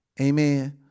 Amen